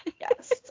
Yes